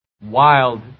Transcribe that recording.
wild